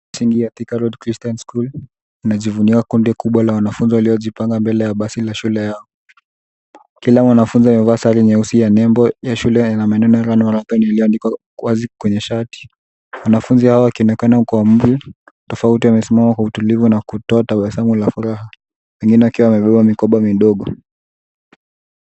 Shule ya Thika Road Christian School inalivunia kundi kubwa la wanafunzi waliojipanga mbele ya basi la shule yao. Kila mwanafunzi amevaa sare nyeusi ya nebo ya shule yenye maneno Half-marathon yameandikwa wazi kwenye shati. Wanafunzi hawa wakionekana kuwa umri tofauti wamesimama kwa utulivu na kutoa tabasamu la furaha wengine wakiwa wamevaa mikoba midogo.